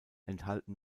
enthalten